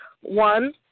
One